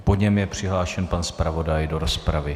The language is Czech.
Po něm je přihlášen pan zpravodaj do rozpravy.